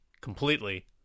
completely